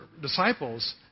disciples